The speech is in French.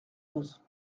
onze